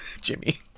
Jimmy